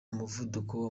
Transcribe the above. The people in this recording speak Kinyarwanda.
umuvuduko